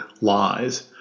lies